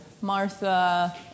Martha